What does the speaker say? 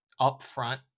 upfront